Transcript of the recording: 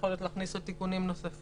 בעיניי, ואולי להכניס תיקונים נוספים.